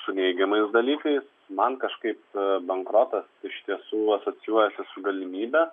su neigiamais dalykais man kažkaip bankrotas iš tiesų asocijuojasi su galimybe